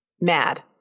mad